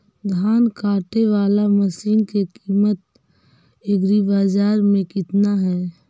धान काटे बाला मशिन के किमत एग्रीबाजार मे कितना है?